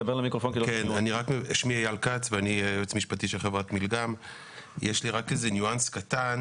יש לי רק איזשהו ניואנס קטן